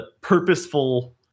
purposeful